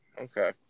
Okay